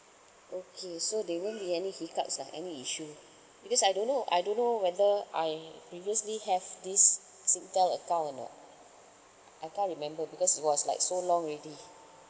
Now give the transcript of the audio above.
okay so there won't be any hiccups ah any issue because I don't know I don't know whether I previously have this singtel account or not I can't remember because it was like so long already